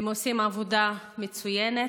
הם עושים עבודה מצוינת,